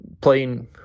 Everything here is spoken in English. playing